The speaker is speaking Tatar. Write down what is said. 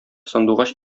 сандугач